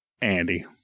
Andy